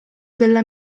della